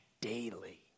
daily